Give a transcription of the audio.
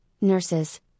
nurses